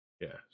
Yes